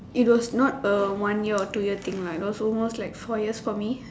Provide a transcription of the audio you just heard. it was not a one year or two year thing lah it was almost like four years for me